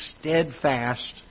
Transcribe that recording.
steadfast